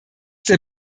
der